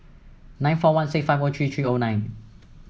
nine four one six five O three three O nine